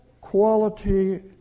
quality